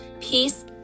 peace